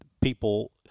people